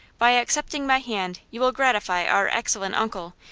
by accepting my hand you will gratify our excellent uncle,